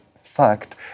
fact